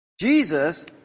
Jesus